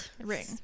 ring